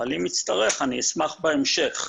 אבל אם אצטרך, אני אשמח לעשות זאת בהמשך.